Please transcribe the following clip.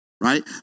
Right